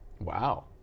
Wow